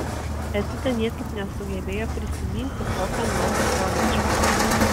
edita niekaip nesugebėjo prisiminti kokio nors koledžo